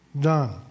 done